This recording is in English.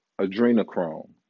Adrenochrome